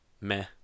meh